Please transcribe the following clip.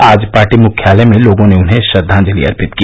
आज पार्टी मुख्यालय में लोगों ने उन्हें श्रद्वांजलि अर्पित की